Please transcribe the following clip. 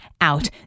out